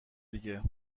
دیگه